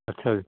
ਅੱਛਾ ਜੀ